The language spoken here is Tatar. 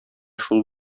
шул